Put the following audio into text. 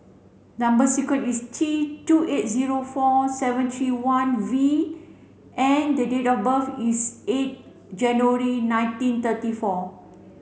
number sequence is T two eight zero four seven three one V and the date of birth is eight January nineteen thirty four